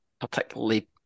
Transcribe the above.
particularly